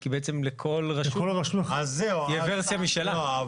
כי בעצם לכל רשות תהיה ורסיה משלה.